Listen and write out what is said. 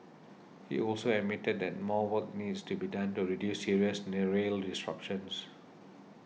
he also admitted that more work needs to be done to reduce serious the rail disruptions